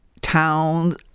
towns